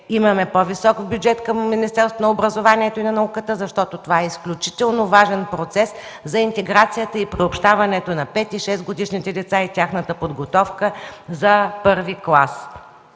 имаме по-висок бюджет в Министерството на образованието и науката, защото това е изключително важен процес за интеграцията и приобщаването на пет и шестгодишните деца и тяхната подготовка за първи клас.